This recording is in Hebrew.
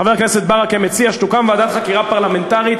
חבר הכנסת ברכה מציע שתוקם ועדת חקירה פרלמנטרית